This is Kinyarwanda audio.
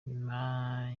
nyuma